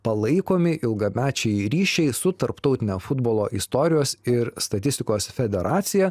palaikomi ilgamečiai ryšiai su tarptautine futbolo istorijos ir statistikos federacija